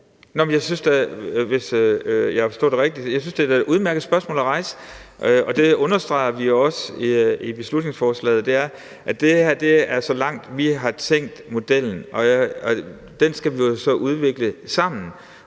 jeg da, det er et udmærket spørgsmål at rejse. Det, vi også understreger i beslutningsforslaget, er, at det her er så langt, vi har tænkt modellen. Og modellen skal vi så udvikle sammen.